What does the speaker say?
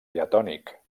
diatònic